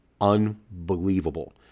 unbelievable